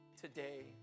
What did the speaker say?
today